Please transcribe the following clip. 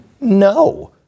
No